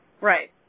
Right